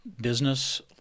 business